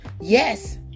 Yes